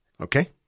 Okay